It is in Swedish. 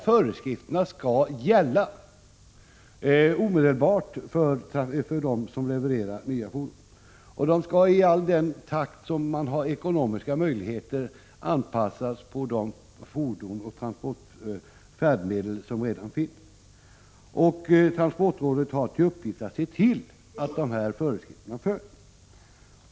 Föreskrifterna skall gälla med omedelbar verkan för nya fordon som levereras, och i den takt som vi har ekonomiska möjligheter att hålla skall de tillämpas för de färdmedel av olika slag som redan finns. Transportrådet har till uppgift att se till att föreskrifterna följs.